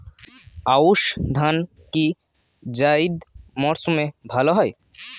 আউশ ধান কি জায়িদ মরসুমে ভালো হয়?